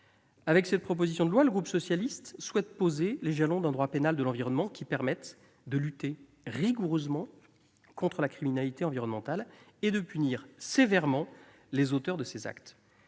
Avec cette proposition de loi, le groupe socialiste souhaite poser les jalons d'un droit pénal de l'environnement permettant de lutter rigoureusement contre la criminalité environnementale et de punir sévèrement les auteurs de ces actes.